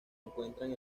encuentran